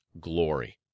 glory